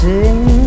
Sing